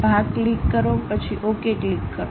ભાગ ક્લિક કરો પછી ઓકે ક્લિક કરો